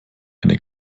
eine